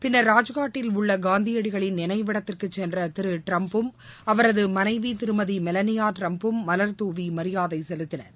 பின்னர் ராஜ்னாட்டில் உள்ள காந்தியடிகளின் நினைவிடத்திற்கு சென்ற திரு டிரம்பும் அவரது மனைவி திருமதி மெலனியா ட்டிரம்பும் மலர்தூவி மரியாதை செலுத்தினர்